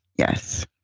Yes